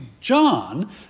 John